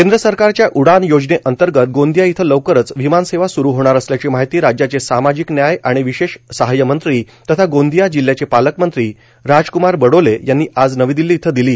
केंद्र सरकारच्या उडान योजनेंतर्गत गोंदिया इथं लवकरच विमान सेवा सुरु होणार असल्याची माहिती राज्याचे सामाजिक न्याय आणि विशेष सहाय्य मंत्री तथा गोंदिया जिल्ह्याचे पालक मंत्री राजकुमार बडोले यांनी आज नवी दिल्ली इथं दिली